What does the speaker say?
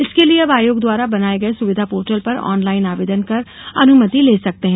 इसके लिये अब आयोग द्वारा बनाये गये सुविधा पोर्टल पर ऑनलाइन आवेदन कर अनुमति ले सकते हैं